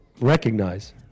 recognize